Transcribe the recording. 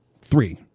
three